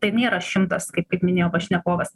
ten nėra šimtas kaip kaip minėjo pašnekovas